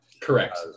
Correct